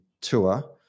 tour